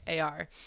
ar